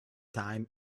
time